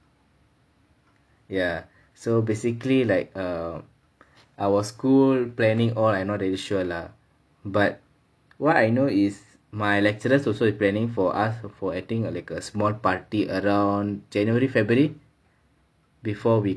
ya so basically like err our school planning all I not really sure lah but what I know is my lecturers also is planning for us for acting like a small party around january february before we